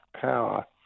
power